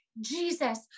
Jesus